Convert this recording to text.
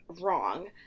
wrong